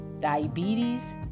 diabetes